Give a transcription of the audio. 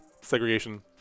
segregation